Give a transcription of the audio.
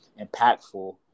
impactful